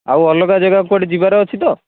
ଆଉ ଅଲଗା ଜାଗା କୁଆଡ଼େ ଯିବାରେ ଅଛି ତ